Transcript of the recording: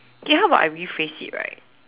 okay how about I rephrase it right